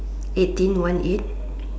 eighteen one eight